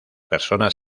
personas